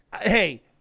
Hey